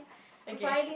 okay